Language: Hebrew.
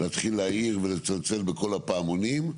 להתחיל להעיר ולצלצל בכל הפעמונים,